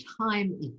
time